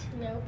nope